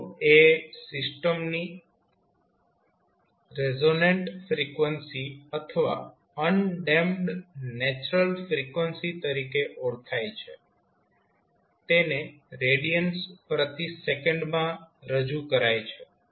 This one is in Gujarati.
0એ સિસ્ટમની રેઝોનેન્ટ ફ્રીક્વન્સી અથવા અનડેમ્પ્ડ નેચરલ ફ્રીક્વન્સી તરીકે ઓળખાય છે જેને રેડિયન્સ પ્રતિ સેકન્ડ માં રજુ કરાય છે